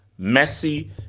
Messi